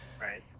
Right